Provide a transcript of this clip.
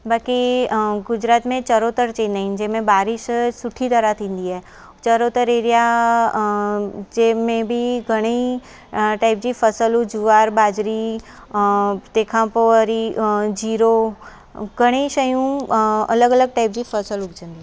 बाक़ी गुजरात में चरोतर चवंदा आहिनि जंहिंमें बारिश सुठी तरह थींदी आहे चरोतर एरिआ जंहिंमें बि घणे ई टाइप जूं फ़सुलूं जुवारु बाजरी तंहिंखा पोइ वरी जीरो घणे ई शयूं अलॻि अलॻि टाइप जी फ़सुलु उगजंदी आहे